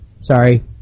Sorry